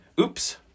Oops